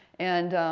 and,